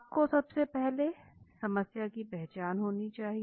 आपको सबसे पहले समस्या की पहचान होनी चाहिए